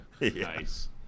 Nice